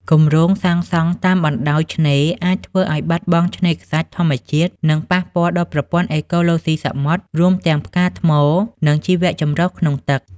គម្រោងសាងសង់តាមបណ្តោយឆ្នេរ អាចធ្វើឲ្យបាត់បង់ឆ្នេរខ្សាច់ធម្មជាតិ និងប៉ះពាល់ដល់ប្រព័ន្ធអេកូឡូស៊ីសមុទ្រ រួមទាំងផ្កាថ្ម និងជីវចម្រុះក្នុងទឹក។